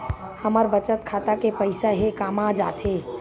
हमर बचत खाता के पईसा हे कामा जाथे?